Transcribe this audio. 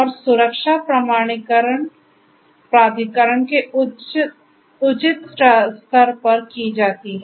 और सुरक्षा प्रमाणीकरण प्राधिकरण के उचित स्तर पर की जाती है